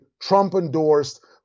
Trump-endorsed